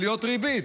עליות ריבית,